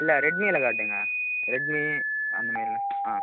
இல்லை ரெட்மியில காட்டுங்கள் ரெட்மி அந்த மாரிலா ஆ